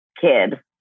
kid